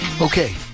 Okay